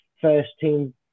first-team